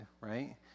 right